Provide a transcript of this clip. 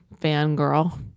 fangirl